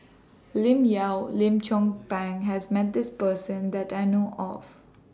Lim Yau Lim Chong Pang has Met This Person that I know of